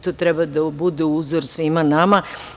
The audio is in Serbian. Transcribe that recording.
To treba da bude uzor svima nama.